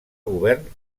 govern